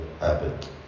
habit